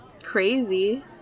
crazy